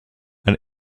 and